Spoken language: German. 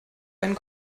einen